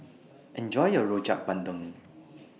Enjoy your Rojak Bandung